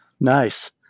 Nice